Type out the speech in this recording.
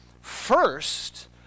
first